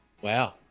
Wow